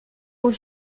aux